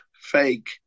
fake